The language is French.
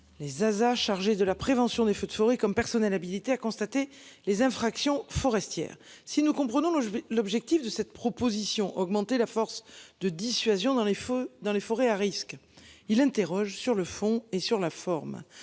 Les Zaza chargé de la prévention des feux de forêt comme personnel habilité à constater. Les infractions forestière si nous comprenons la je vais l'objectif de cette proposition, augmenter la force de dissuasion dans les feux dans les forêts à risque, il interroge sur le fond et sur la forme,